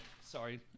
sorry